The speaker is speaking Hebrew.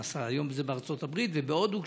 היום זה בארצות הברית ובהודו,